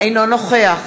אינו נוכח